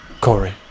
Corey